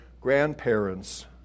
grandparents